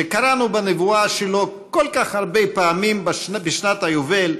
שקראנו בנבואה שלו כל כך הרבה פעמים בשנת היובל,